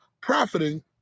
profiting